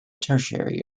tertiary